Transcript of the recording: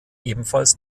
ebenfalls